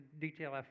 detail